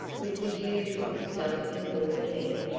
with his usual self-important air.